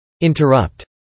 Interrupt